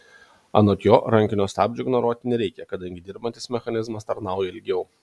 anot jo rankinio stabdžio ignoruoti nereikia kadangi dirbantis mechanizmas tarnauja ilgiau